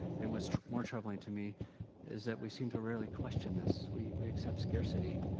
and what's more troubling to me is that we seem to rarely question this. we we accept scarcity,